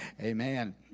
Amen